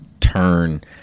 turn